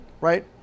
right